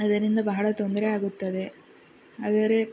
ಇದರಿಂದ ಬಹಳ ತೊಂದರೆಯಾಗುತ್ತದೆ ಆದರೆ